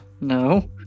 No